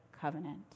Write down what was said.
covenant